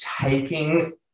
taking